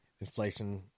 inflation